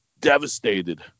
devastated